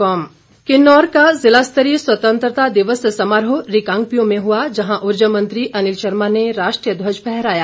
स्वतंत्रता दिवस किन्नौर किन्नौर का ज़िला स्तरीय स्वतंत्रता दिवस समारोह रिकांगपिओ में हुआ जहां ऊर्जा मंत्री अनिल शर्मा ने राष्ट्रीय ध्वज फहराया